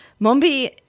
Mombi